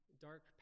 dark